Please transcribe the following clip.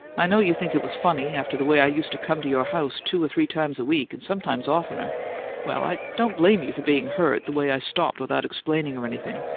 i know you think it was funny, after the way i used to come to your house two or three times a week, and sometimes oftener well, i don't blame you for being hurt, the way i stopped without explaining or anything.